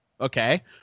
okay